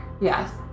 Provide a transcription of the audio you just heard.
Yes